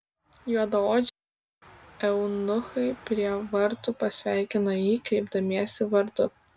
juodaodžiai eunuchai prie vartų pasveikino jį kreipdamiesi vardu